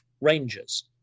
rangers